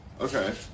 Okay